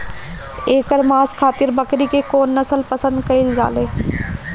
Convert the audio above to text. एकर मांस खातिर बकरी के कौन नस्ल पसंद कईल जाले?